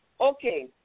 Okay